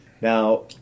Now